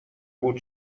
بود